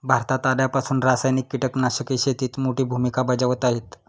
भारतात आल्यापासून रासायनिक कीटकनाशके शेतीत मोठी भूमिका बजावत आहेत